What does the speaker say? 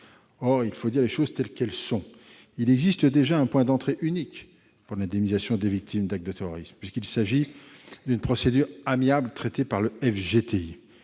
Or- il faut dire les choses telles qu'elles sont -il existe déjà un point d'entrée unique pour l'indemnisation des victimes d'actes de terrorisme, puisqu'il s'agit d'une procédure amiable traitée par le FGTI,